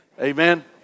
Amen